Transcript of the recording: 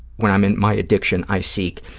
when i'm in my addiction, i seek.